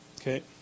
Okay